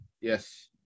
Yes